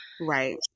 right